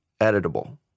editable